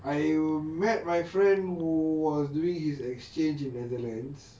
I met my friend who was doing his exchange in netherlands